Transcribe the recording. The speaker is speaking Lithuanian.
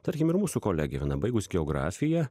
tarkim ir mūsų kolegė viena baigus geografiją